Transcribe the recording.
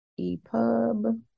EPUB